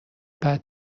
بعد